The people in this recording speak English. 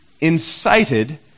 incited